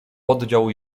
oddział